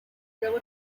real